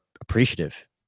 appreciative